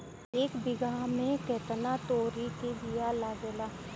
एक बिगहा में केतना तोरी के बिया लागेला?